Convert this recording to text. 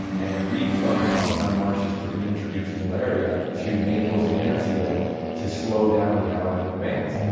and reflood the pontine marshes to reintroduce malaria to naples and anzio to slow down the allied advance